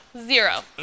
zero